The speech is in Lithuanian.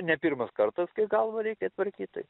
ne pirmas kartas kai galvą reikia tvarkyt tai